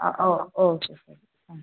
ആ ഓ ഓ ശരി മ്